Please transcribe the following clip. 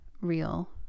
real